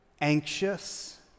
Anxious